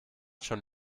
schon